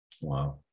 wow